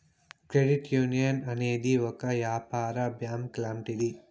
credit union అనేది ఒక యాపార బ్యాంక్ లాంటిది